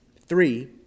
Three